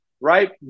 right